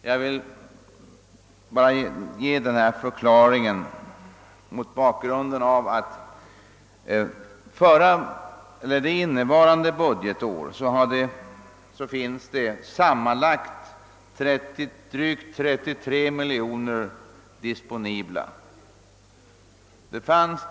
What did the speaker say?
Jag har velat ge denna förklaring mot bakgrunden av att det för innevarande budgetår finns sammanlagt drygt 33 miljoner kronor disponibla för fastighetsinköp.